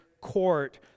court